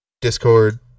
Discord